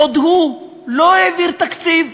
הוא עוד לא העביר תקציב,